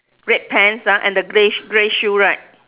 red pants ah and the grey sh~ grey shoe right